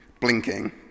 Blinking